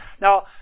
Now